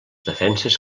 defenses